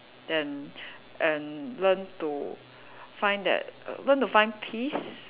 then and learn to find that learn to find peace